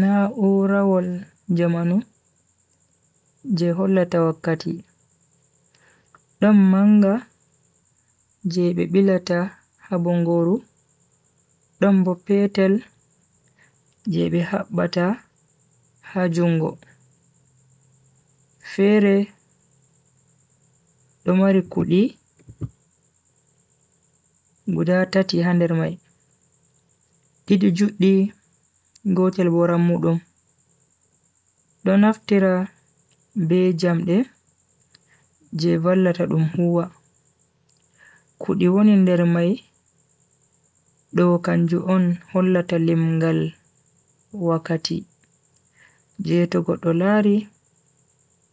Na oorawol jamanu je hola tawakati Dham manga jebe bilata habongoru Dham bo petal jebe habata hajungo Fere domari kuli guda tati handermai Tidu judi go tjelbo ramu dum Dham naftira be jam de jebalata dum huwa Kudi on endermai do kanju on hola ta limgal wakati Je to go dolari